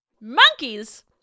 Monkeys